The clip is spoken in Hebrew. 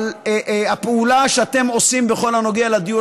על הפעולה שאתם עושים בכל הנוגע לדיור